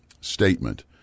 statement